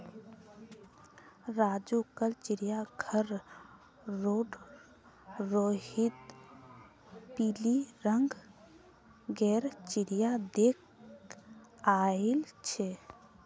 राजू कल चिड़ियाघर रोड रोहित पिली रंग गेर चिरया देख याईल छे